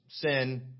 sin